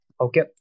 okay